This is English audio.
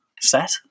set